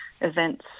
events